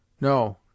No